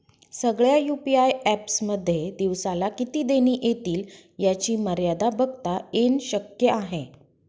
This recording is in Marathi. सगळ्या यू.पी.आय एप्स मध्ये दिवसाला किती देणी एतील याची मर्यादा बघता येन शक्य आहे